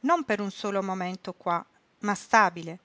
non per un solo momento qua ma stabile